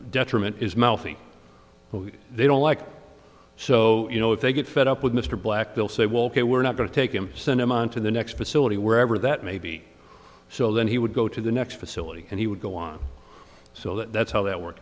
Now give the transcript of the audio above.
detriment is mouthy they don't like so you know if they get fed up with mr black they'll say well ok we're not going to take him send him on to the next facility wherever that may be so then he would go to the next facility and he would go on so that that's how that work